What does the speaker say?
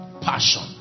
Passion